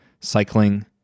cycling